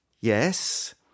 Yes